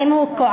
האם הוא כועס?